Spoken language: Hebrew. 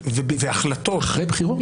בסדר.